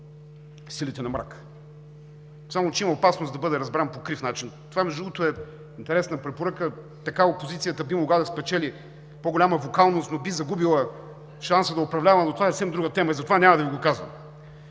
силите на мрака. Само че има опасност да бъде разбран по крив начин. Това, между другото, е интересна препоръка, така опозицията би могла да спечели по-голяма вокалност, но би загубила шанса да управлява, но това е съвсем друга тема и затова няма да Ви го казвам.